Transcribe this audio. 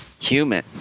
human